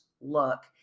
look